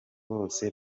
bose